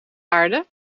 aarde